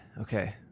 Okay